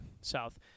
south